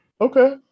Okay